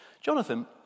Jonathan